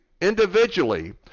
individually